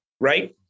Right